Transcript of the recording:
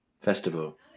Festival